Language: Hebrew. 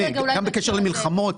גם בקשר למלחמות,